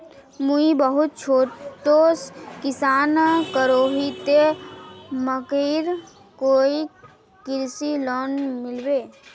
मुई बहुत छोटो किसान करोही ते मकईर कोई कृषि लोन मिलबे?